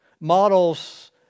Models